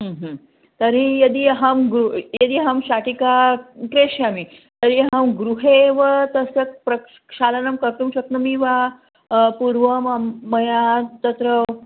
तर्हि यदि अहं भु यदि अहं शाटिकां क्रेष्यामि तर्हि अहं गृहे एव तस्य प्रक्षालनं कर्तुं शक्नोमि वा पूर्वं मया तत्र